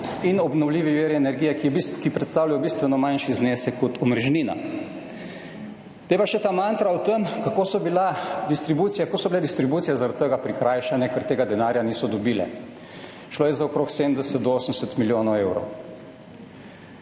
in obnovljive vire energije, ki predstavljajo bistveno manjši znesek kot omrežnina. Zdaj pa še ta mantra o tem, kako so bile distribucije zaradi tega prikrajšane, ker tega denarja niso dobile. Šlo je za okrog 70 do 80 milijonov evrov.